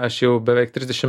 aš jau beveik trisdešim